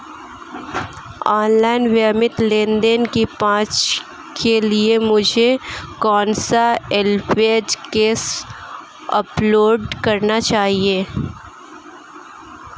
Online नियमित लेनदेन की जांच के लिए मुझे कौनसा एप्लिकेशन डाउनलोड करना होगा?